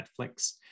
Netflix